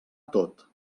tot